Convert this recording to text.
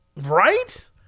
Right